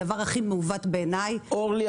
הדבר הכי מעוות בעיני -- אורלי,